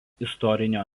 istorinio